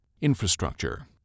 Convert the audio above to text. Infrastructure